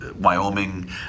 Wyoming